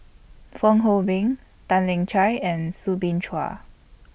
Fong Hoe Beng Tan Lian Chye and Soo Bin Chua